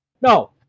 No